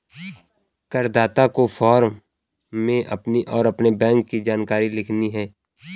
करदाता को फॉर्म में अपनी और अपने बैंक की जानकारी लिखनी है